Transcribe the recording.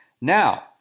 Now